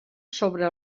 sobre